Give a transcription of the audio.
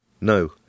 No